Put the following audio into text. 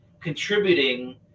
contributing